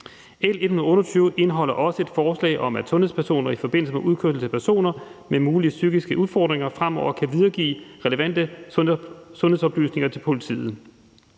L 128 indeholder også et forslag om, at sundhedspersoner i forbindelse med udkørsel til personer med mulige psykiske udfordringer fremover kan videregive relevante sundhedsoplysninger til politiet.